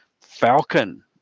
falcon